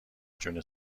جون